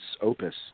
opus